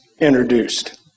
introduced